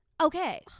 okay